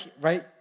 right